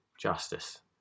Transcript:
justice